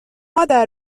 مادر